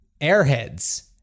Airheads